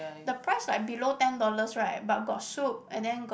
the price right below ten dollars right but got soup and then got